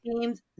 teams